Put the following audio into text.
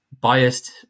biased